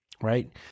right